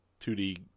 2D